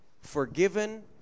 forgiven